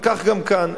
וכך גם כאן.